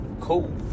Cool